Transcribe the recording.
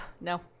No